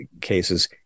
cases